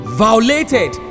violated